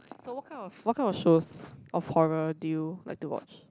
so what kind of what kind of shows of horror do you like to watch